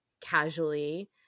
casually